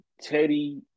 Teddy